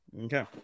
Okay